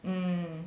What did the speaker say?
mm